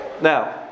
Now